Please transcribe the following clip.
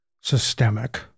systemic